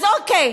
אז אוקיי,